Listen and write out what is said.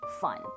fun